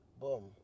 boom